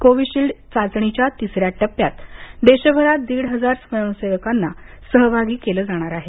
Covishield चाचणीच्या तिसऱ्या टप्प्यात देशभरात दीड हजार स्वयंसेवकांना सहभागी केलं जाणार आहे